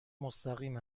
مستقیم